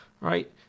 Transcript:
right